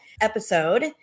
episode